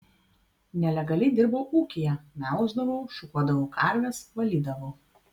nelegaliai dirbau ūkyje melždavau šukuodavau karves valydavau